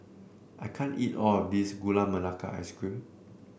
I can't eat all of this Gula Melaka Ice Cream